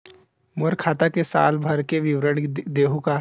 मोर खाता के साल भर के विवरण देहू का?